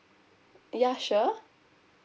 ya sure